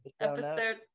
episode